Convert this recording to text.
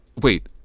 wait